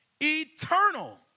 eternal